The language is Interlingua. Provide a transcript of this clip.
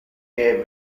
que